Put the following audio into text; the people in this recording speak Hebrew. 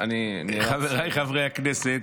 חבריי חברי הכנסת,